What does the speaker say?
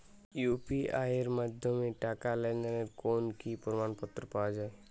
UPI এর মাধ্যমে টাকা লেনদেনের কোন কি প্রমাণপত্র পাওয়া য়ায়?